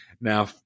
Now